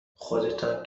خودتان